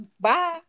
bye